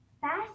fast